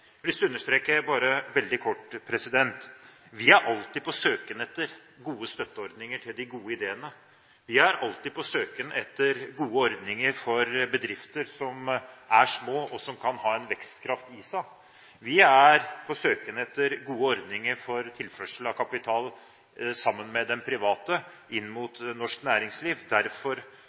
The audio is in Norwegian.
lyst til å understreke bare veldig kort: Vi er alltid på søken etter gode støtteordninger til de gode ideene. Vi er alltid på søken etter gode ordninger for bedrifter som er små, og som kan ha en vekstkraft i seg. Vi er på søken etter gode ordninger for tilførsel av kapital, sammen med den private, inn mot norsk næringsliv. Derfor